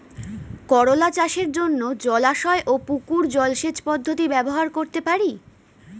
করোলা চাষের জন্য জলাশয় ও পুকুর জলসেচ পদ্ধতি ব্যবহার করতে পারি?